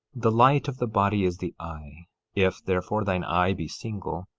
the light of the body is the eye if, therefore, thine eye be single,